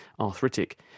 arthritic